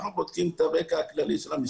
אנחנו בודקים את הרקע הכללי של המשפחה.